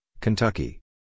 Kentucky